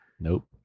Nope